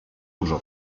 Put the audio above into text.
dużo